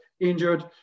injured